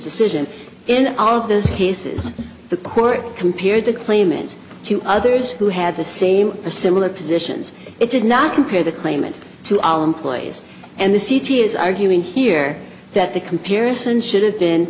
decision in all of those cases the court compared the claimant to others who had the same or similar positions it did not compare the claimant to our employees and the city is arguing here that the comparison should have been